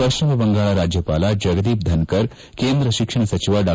ಪಶ್ಲಿಮಬಂಗಾಳ ರಾಜ್ಯಪಾಲ ಜಗದೀಪ್ ಧನಕರ್ ಕೇಂದ್ರ ಶಿಕ್ಷಣ ಸಚಿವ ಡಾ